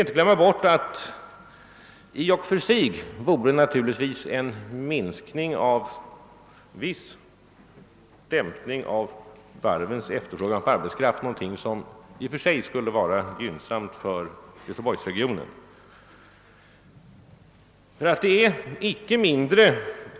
Men i och för sig skulle en viss dämpning av varvens efterfrågan på arbetskraft säkerligen vara gynnsam för Göteborgsregionen.